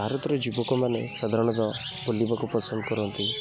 ଭାରତର ଯୁବକମାନେ ସାଧାରଣତଃ ବୁଲିବାକୁ ପସନ୍ଦ କରନ୍ତି